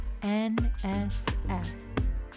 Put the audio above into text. NSF